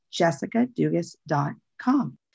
jessicadugas.com